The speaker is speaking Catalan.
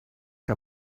que